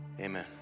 Amen